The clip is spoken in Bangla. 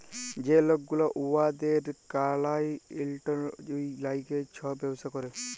যে লক গুলা উয়াদের কালাইয়েল্টের ল্যাইগে ছব ব্যবসা ক্যরে